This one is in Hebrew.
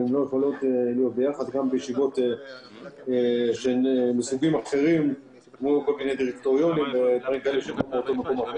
גם בישיבות של משרדים אחרים כמו דירקטוריונים וכדומה.